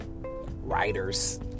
writers